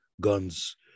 guns